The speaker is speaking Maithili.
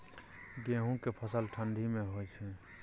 गेहूं के फसल ठंडी मे होय छै?